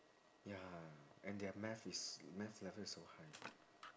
ya and their math is math level is so high